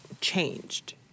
changed